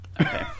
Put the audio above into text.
Okay